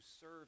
serve